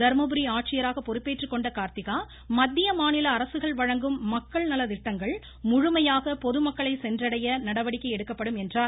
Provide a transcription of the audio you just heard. தர்மபுரி ஆட்சியராக பொறுப்பேற்றுக்கொண்ட கார்த்திகா மத்திய மாநில அரசுகள் மக்கள் நலத்திட்டங்கள் முழுமையாக பொதுமக்களை சென்றடைய வழங்கும் நடவடிக்கை எடுக்கப்படும் என்றார்